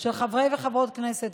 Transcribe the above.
של חברי וחברות כנסת.